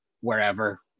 wherever